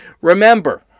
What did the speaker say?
Remember